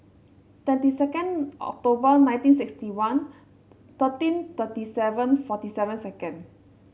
twenty second October nineteen sixty one thirteen thirty seven forty seven second